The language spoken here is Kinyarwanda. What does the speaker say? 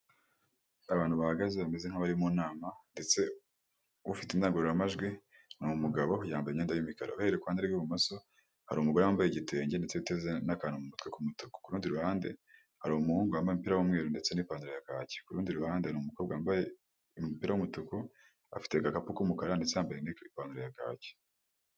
Abantu bahagaze bameze nk'abari mu nama ndetse ufite indangururamajwi ni umugabo yambaye imyenda y'imikara mikara, duhereye ku ruhande rw'ibumoso hari umugore wambaye igitenge ndetse ateze akantu mu mutwe k'umutuku, kurundi ruhande hari umuhungu wa umupira w'umweru ndetse n'ipantalo ya kahaki, kurundi ruhande ni umukobwa wambaye agapira k'umutuku afite agakapu k'umukara ndetse yambaye n'ipantaro ya kaki.